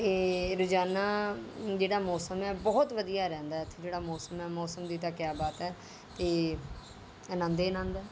ਅਤੇ ਰੋਜ਼ਾਨਾ ਜਿਹੜਾ ਮੌਸਮ ਹੈ ਬਹੁਤ ਵਧੀਆ ਰਹਿੰਦਾ ਇੱਥੇ ਜਿਹੜਾ ਮੌਸਮ ਏ ਮੌਸਮ ਦੀ ਤਾਂ ਕਿਆ ਬਾਤ ਹੈ ਅਤੇ ਆਨੰਦ ਏ ਆਨੰਦ ਹੈ